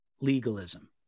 legalism